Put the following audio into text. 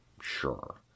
sure